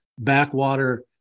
backwater